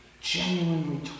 genuinely